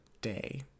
day